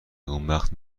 نگونبخت